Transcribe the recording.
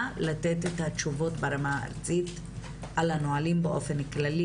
לתת את התשובות ברמה ארצית על הנהלים באופן כללי.